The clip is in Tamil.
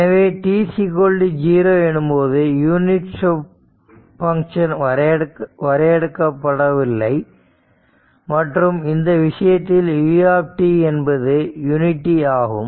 எனவே t0 எனும்போது யூனிட் ஸ்டெப் ஃபங்ஷன் வரையறுக்கப்படவில்லை மற்றும் இந்த விஷயத்தில் u ஆனது யூனிட்டி ஆகும்